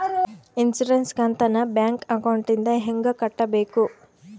Insurance ಕಂತನ್ನ bank ಅಕೌಂಟಿಂದ ಹೆಂಗ ಕಟ್ಟಬೇಕು?